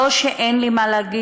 לא שאין לי מה להגיד,